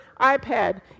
iPad